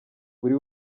buri